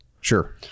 sure